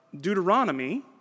Deuteronomy